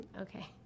Okay